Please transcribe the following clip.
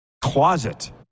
closet